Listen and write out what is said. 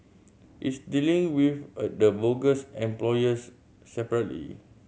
it's dealing with the bogus employers separately